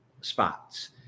spots